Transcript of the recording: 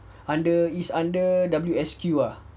under it's under W_S_Q ah